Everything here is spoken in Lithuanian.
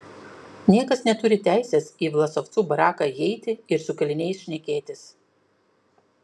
niekas neturi teisės į vlasovcų baraką įeiti ir su kaliniais šnekėtis